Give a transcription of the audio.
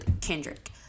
Kendrick